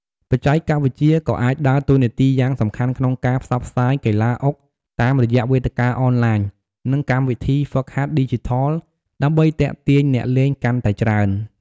បច្ចេកវិទ្យាក៏អាចដើរតួនាទីយ៉ាងសំខាន់ក្នុងការផ្សព្វផ្សាយកីឡាអុកតាមរយៈវេទិកាអនឡាញ និងកម្មវិធីហ្វឹកហាត់ឌីជីថល ដើម្បីទាក់ទាញអ្នកលេងកាន់តែច្រើន។